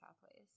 pathways